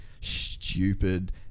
stupid